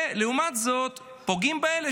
לעומת זאת פוגעים באלה